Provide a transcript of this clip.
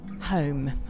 home